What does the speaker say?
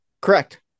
correct